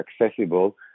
accessible